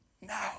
now